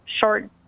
short